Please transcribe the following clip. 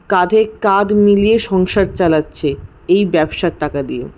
কাঁধে কাঁধ মিলিয়ে সংসার চালাচ্ছে এই ব্যবসার টাকা দিয়ে